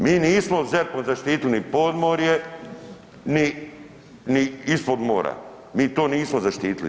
Mi nismo ZERP-om zaštitili ni podmorje, ni, ni ispod mora, mi to nismo zaštitili.